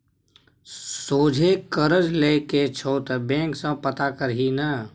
सोझे करज लए के छौ त बैंक सँ पता करही ने